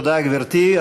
תודה, גברתי.